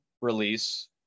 release